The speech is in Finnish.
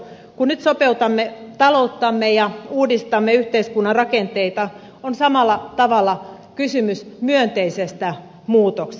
kun nyt sopeutamme talouttamme ja uudistamme yhteiskunnan rakenteita on samalla tavalla kysymys myönteisestä muutoksesta